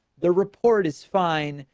the report is fine.